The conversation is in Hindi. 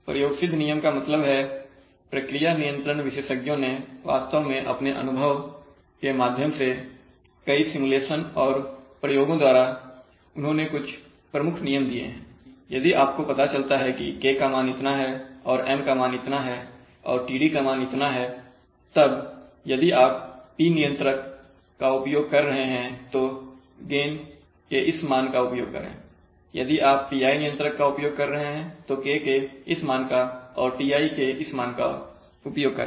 प्रयोगसिद्ध नियम का मतलब है प्रक्रिया नियंत्रण विशेषज्ञों ने वास्तव में अपने अनुभव के माध्यम से कई सिमुलेशन और प्रयोगों द्वारा उन्होंने कुछ प्रमुख नियम दिए हैं कि यदि आपको पता चलता है कि K का मान इतना है और M का मान इतना है और td का मान इतना है तब यदि आप P नियंत्रक का उपयोग कर रहे हैं तो गेन के इस मान का उपयोग करें यदि आप PI नियंत्रक का उपयोग कर रहे हैं तो K के इस मान और TI के मान का उपयोग करें